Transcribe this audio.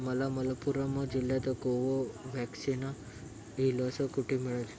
मला मलप्पुरम जिल्ह्यात कोवोव्हॅक्सिन ही लस कुठे मिळेल